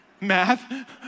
Math